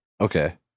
Okay